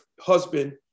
husband